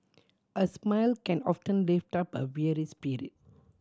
a smile can often lift up a weary spirit